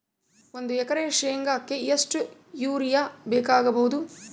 ಒಂದು ಎಕರೆ ಶೆಂಗಕ್ಕೆ ಎಷ್ಟು ಯೂರಿಯಾ ಬೇಕಾಗಬಹುದು?